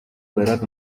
бариад